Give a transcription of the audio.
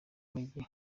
umujyi